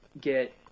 get